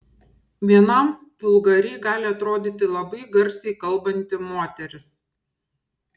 vienam vulgariai gali atrodyti labai garsiai kalbanti moteris